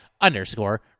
underscore